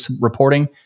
reporting